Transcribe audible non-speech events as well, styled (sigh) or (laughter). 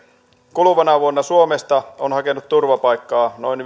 kuluvana vuonna suomesta on hakenut turvapaikkaa noin (unintelligible)